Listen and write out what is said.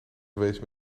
geweest